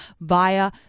via